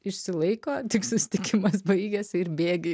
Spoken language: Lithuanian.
išsilaiko tik susitikimas baigiasi ir bėgi